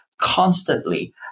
constantly